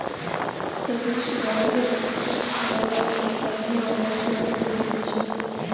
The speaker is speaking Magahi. सब्सिडाइज्ड लोनोत पढ़ने वाला छुआ बेसी लिछेक